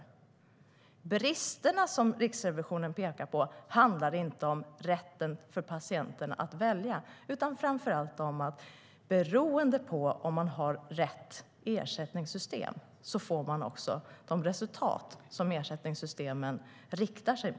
De brister som Riksrevisionen pekar på handlar inte om rätten för patienterna att välja, utan framför allt om att man får de resultat som ersättningssystemen riktar sig mot. De är alltså beroende av om man har rätt ersättningssystem.